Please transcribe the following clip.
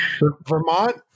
Vermont